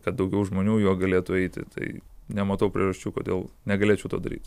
kad daugiau žmonių juo galėtų eiti tai nematau priežasčių kodėl negalėčiau to daryti